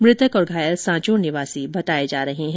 मृतक और घायल सांचोर निवासी बताए जा रहे है